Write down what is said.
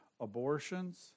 abortions